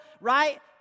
right